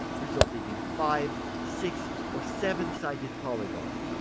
resulting in five, six, or seven-sided polygons,